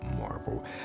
marvel